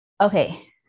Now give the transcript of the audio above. Okay